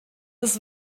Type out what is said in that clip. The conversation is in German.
des